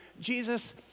Jesus